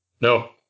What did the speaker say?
No